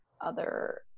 other-